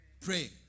Pray